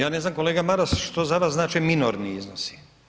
Ja ne znam kolega Maras što za vas znači minorni iznosi?